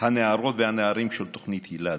הנערות והנערים של תוכנית היל"ה.